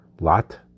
lot